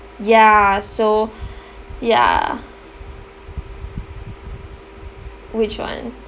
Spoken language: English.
ya so ya which one